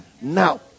Now